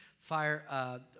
fire